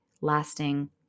lasting